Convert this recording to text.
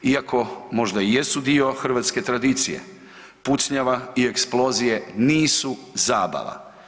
Iako možda i jesu dio hrvatske tradicije, pucnjava i eksplozije nisu zabava.